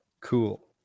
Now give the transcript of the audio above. Cool